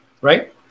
right